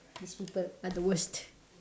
these people are the worst